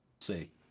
See